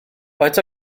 faint